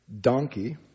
Donkey